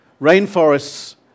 Rainforests